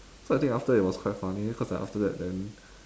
so I think after it was quite funny cause then after that then